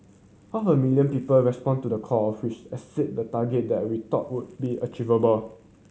half a million people respond to the call which exceed the target that we thought would be achievable